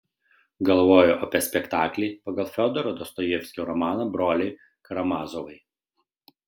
galvoju apie spektaklį pagal fiodoro dostojevskio romaną broliai karamazovai